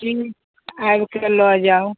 चुनि आबि कऽ लऽ जाउ